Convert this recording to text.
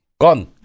Gone